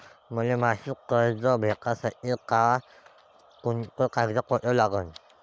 मले मासिक कर्ज भेटासाठी का कुंते कागदपत्र लागन?